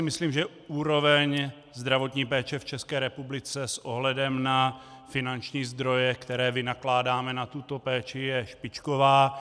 Myslím si, že úroveň zdravotní péče v České republice s ohledem na finanční zdroje, které vynakládáme na tuto péči, je špičková.